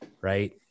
Right